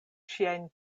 ŝiajn